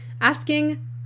asking